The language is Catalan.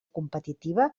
competitiva